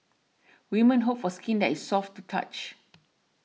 women hope for skin that is soft to touch